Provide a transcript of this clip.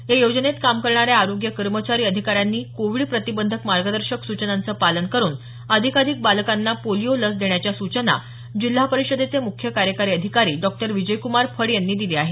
या योजनेत काम करणाऱ्या आरोग्य कर्मचारी अधिकाऱ्यांनी कोविड प्रतिबंधक मार्गदर्शक सूचनांचं पालन करून अधिकाधिक बालकांना पोलिओ लस देण्याच्या सूचना जिल्हा परिषदेचे मुख्य कार्यकारी अधिकारी डॉक्टर विजयक्मार फड यांनी दिल्या आहेत